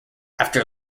after